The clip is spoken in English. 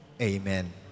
Amen